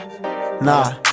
Nah